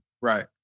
Right